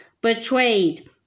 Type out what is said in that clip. betrayed